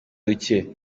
duke